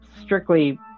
strictly